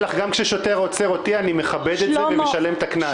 כששוטר עוצר אותי אני מכבד את זה ומשלם את הקנס.